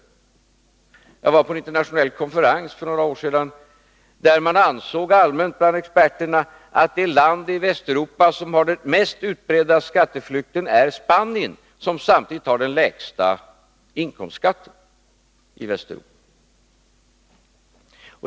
Jag var för några år sedan på en internationell konferens, där man bland experterna allmänt ansåg att det land i Västeuropa som har den mest utbredda skatteflykten är Spanien, som samtidigt har den lägsta inkomstskatten i Västeuropa.